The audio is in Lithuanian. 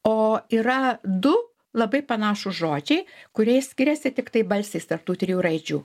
o yra du labai panašūs žodžiai kurie skiriasi tiktai balsiais tarp tų trijų raidžių